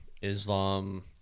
Islam